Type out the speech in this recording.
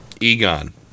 Egon